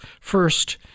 First